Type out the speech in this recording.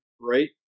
right